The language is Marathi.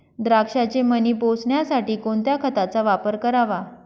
द्राक्षाचे मणी पोसण्यासाठी कोणत्या खताचा वापर करावा?